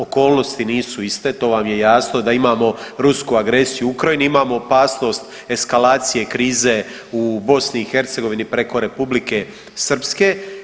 Okolnosti nisu iste, to vam je jasno da imamo rusku agresiju u Ukrajini, imamo opasnost eskalacije krize u BiH preko R. Srpske.